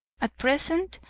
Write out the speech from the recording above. at present,